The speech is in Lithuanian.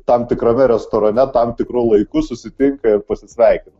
tam tikrame restorane tam tikru laiku susitinka ir pasisveikina